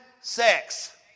sex